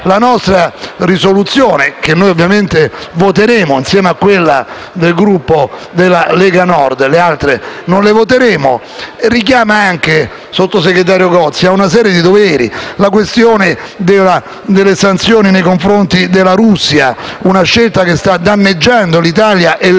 proposta di risoluzione, che noi ovviamente voteremo, insieme a quella del Gruppo della Lega Nord (le altre non le voteremo), richiama anche, sottosegretario Gozi, a una serie di doveri: ad esempio, la questione delle sanzioni nei confronti della Russia, ossia una scelta che sta danneggiando l'Italia e